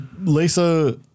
lisa